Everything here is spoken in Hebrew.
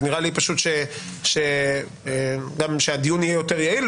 זה נראה לי פשוט גם שהדיון יהיה יותר יעיל,